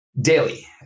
Daily